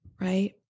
right